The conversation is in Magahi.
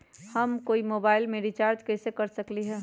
हम कोई मोबाईल में रिचार्ज कईसे कर सकली ह?